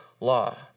law